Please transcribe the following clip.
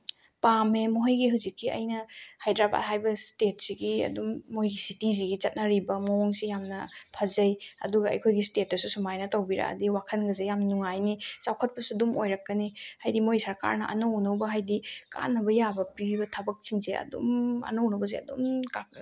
ꯄꯥꯝꯃꯦ ꯃꯣꯏꯒꯤ ꯍꯧꯖꯤꯛꯀꯤ ꯑꯩꯅ ꯍꯥꯏꯗ꯭ꯔꯕꯥꯠ ꯍꯥꯏꯔꯤꯕ ꯏꯁꯇꯦꯠꯁꯤꯒꯤ ꯑꯗꯨꯝ ꯃꯣꯏ ꯁꯤꯇꯤꯁꯤꯒꯤ ꯆꯠꯅꯔꯤꯕ ꯃꯑꯣꯡꯁꯤ ꯌꯥꯝꯅ ꯐꯖꯩ ꯑꯗꯨꯒ ꯑꯩꯈꯣꯏꯒꯤ ꯏꯁꯇꯦꯠꯇꯁꯨ ꯁꯨꯃꯥꯏꯅ ꯇꯧꯕꯤꯔꯛꯑꯗꯤ ꯋꯥꯈꯟꯒꯁꯦ ꯌꯥꯝ ꯅꯨꯡꯉꯥꯏꯅꯤ ꯆꯥꯎꯈꯠꯄꯁꯨ ꯑꯗꯨꯝ ꯑꯣꯏꯔꯛꯀꯅꯤ ꯍꯥꯏꯗꯤ ꯃꯣꯏ ꯁꯔꯀꯥꯔꯅ ꯑꯅꯧ ꯑꯅꯧꯕ ꯍꯥꯏꯗꯤ ꯀꯥꯟꯅꯕ ꯌꯥꯕ ꯄꯤꯕ ꯊꯕꯛꯁꯤꯡꯁꯦ ꯑꯗꯨꯝ ꯑꯅꯧ ꯑꯅꯧꯕꯁꯦ ꯑꯗꯨꯝ